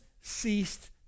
ceased